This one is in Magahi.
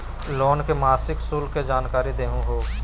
लोन के मासिक शुल्क के जानकारी दहु हो?